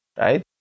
right